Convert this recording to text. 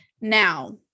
Now